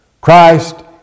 Christ